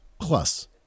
plus